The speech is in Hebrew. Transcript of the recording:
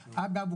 אגב,